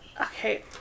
Okay